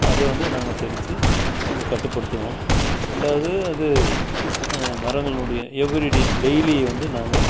அதை வந்து நாங்கள் தெளிச்சு அதை கட்டுப்படுத்துவோம் ரெண்டாவது அது மரங்களுடைய எவ்ரி டே டெய்லி வந்து நாங்கள்